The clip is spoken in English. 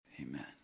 Amen